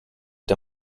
der